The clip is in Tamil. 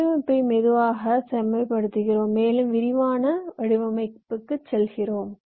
வடிவமைப்பை மெதுவாக செம்மைப்படுத்துகிறோம் மேலும் விரிவான வடிவமைப்புக்குச் செல்கிறோம்